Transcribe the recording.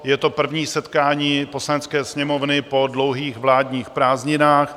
Je to první setkání Poslanecké sněmovny po dlouhých vládních prázdninách.